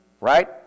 Right